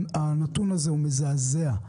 הנתון הזה הוא מזעזע.